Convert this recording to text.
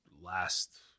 last